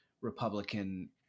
Republican